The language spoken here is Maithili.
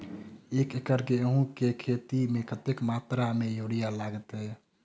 एक एकड़ गेंहूँ केँ खेती मे कतेक मात्रा मे यूरिया लागतै?